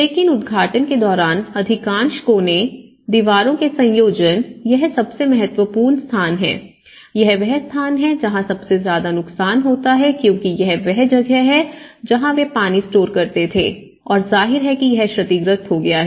लेकिन उद्घाटन के दौरान अधिकांश कोने दीवारों के संयोजन यह सबसे महत्वपूर्ण स्थान है यह वह स्थान है जहां सबसे ज्यादा नुकसान होता है क्योंकि यह वह जगह है जहां वे पानी स्टोर करते थे और जाहिर है कि यह क्षतिग्रस्त हो गया है